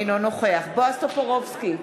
אינו נוכח בועז טופורובסקי,